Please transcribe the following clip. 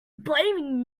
blaming